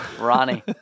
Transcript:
Ronnie